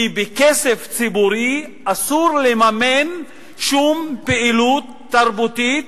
וכי בכסף ציבורי אסור לממן שום פעילות תרבותית